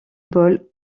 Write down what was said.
ball